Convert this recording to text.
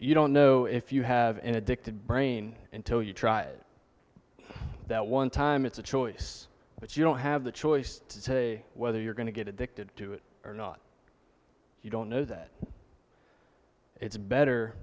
you don't know if you have an addicted brain until you've tried that one time it's a choice but you don't have the choice to say whether you're going to get addicted to it or not you don't know that it's better